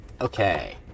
Okay